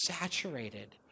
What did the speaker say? saturated